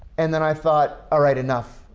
and then i thought, alright, enough.